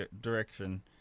direction